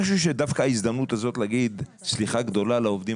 אני חושב שדווקא ההזדמנות הזאת להגיד סליחה גדולה לעובדים